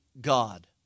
God